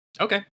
Okay